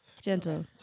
Gentle